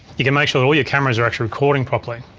you can make sure that all your cameras are actually recording property.